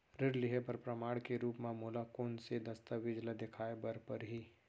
ऋण लिहे बर प्रमाण के रूप मा मोला कोन से दस्तावेज ला देखाय बर परही?